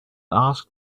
asked